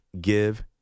Give